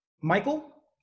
Michael